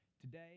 today